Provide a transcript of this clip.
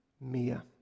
Mia